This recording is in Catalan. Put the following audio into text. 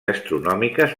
astronòmiques